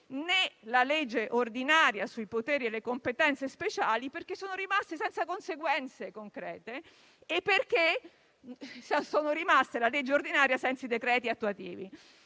né la legge ordinaria sui poteri e le competenze speciali, perché sono rimasti senza conseguenze concrete e perché la legge ordinaria è rimasta senza i decreti attuativi.